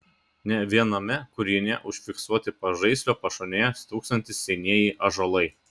ne viename kūrinyje užfiksuoti pažaislio pašonėje stūksantys senieji ąžuolai